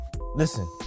Listen